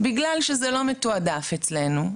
- "בגלל שזה לא מתועדף אצלנו,